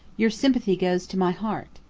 your sympathy goes to my heart.